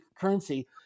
currency